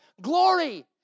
glory